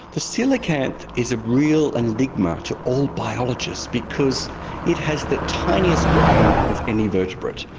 the coelacanth is a real enigma to all biologists because it has the tiniest brain of any vertebrate.